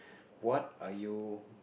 what are you